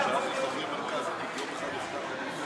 נחרוג כמה דקות.